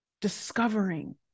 discovering